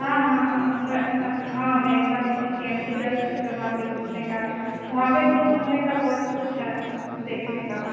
हाँ हाँ घूमे हाँ मेरे साथ बी एम मी चल सकते हो वहाँ पर घूमने का वहाँ पर तो घूमने का बहुत कुछ है देखने का